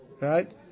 right